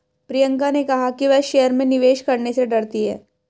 प्रियंका ने कहा कि वह शेयर में निवेश करने से डरती है